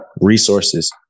resources